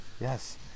Yes